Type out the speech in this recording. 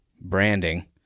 branding